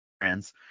friends